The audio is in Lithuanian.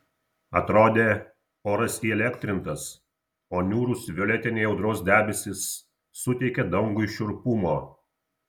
atrodė oras įelektrintas o niūrūs violetiniai audros debesys suteikė dangui šiurpumo